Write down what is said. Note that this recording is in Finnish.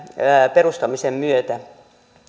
perustamisen myötä